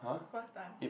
what time